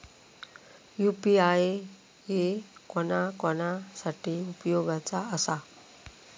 UPI कोणा कोणा साठी उपयोगाचा आसा?